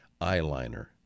eyeliner